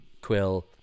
Quill